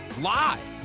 live